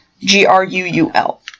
G-R-U-U-L